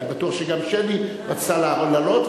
אני בטוח שגם שלי רצתה להעלות,